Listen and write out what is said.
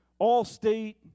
Allstate